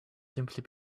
simply